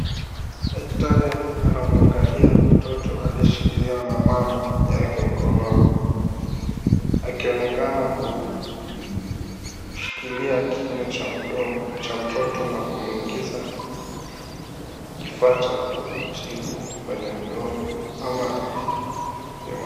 Daktari anamwangalia mtoto aliyeshikiliwa na mama yake mkononi. Akionekana kushikilia kinywa cha mdomo cha mtoto na kumuingiza kifaa cha kumtibu kwenye mdomo ama.